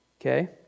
Okay